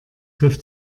griff